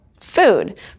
food